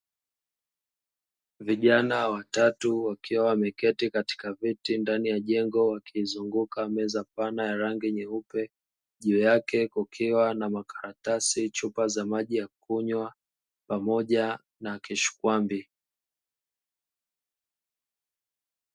Vijana watatu wakiwa wameketi katika viti ndani ya jengo, wakiizunguka meza pana ya rangi ya nyeupe, juu yake kukiwa na makaratasi, chupa za maji ya kunywa pamoja na kishikwambi.